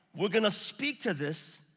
we're gonna speak to this.